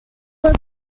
was